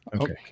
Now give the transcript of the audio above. Okay